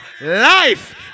life